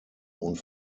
und